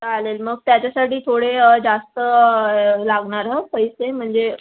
चालेल मग त्याच्यासाठी थोडे जास्त लागणार हं पैसे म्हणजे